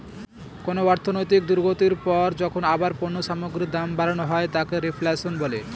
কোন অর্থনৈতিক দুর্গতির পর যখন আবার পণ্য সামগ্রীর দাম বাড়ানো হয় তাকে রেফ্ল্যাশন বলে